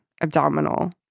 abdominal